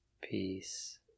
peace